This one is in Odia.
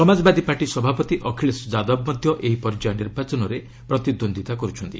ସମାଜବାଦୀ ପାର୍ଟି ସଭାପତି ଅଖିଳେଶ ଯାଦବ ମଧ୍ୟ ଏହି ପର୍ଯ୍ୟାୟ ନିର୍ବାଚନରେ ପ୍ରତିଦ୍ୱନ୍ଦ୍ୱିତା କରୁଛନ୍ତି